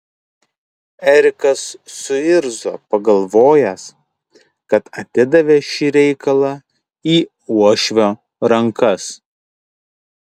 erikas suirzo pagalvojęs kad atidavė šį reikalą į uošvio rankas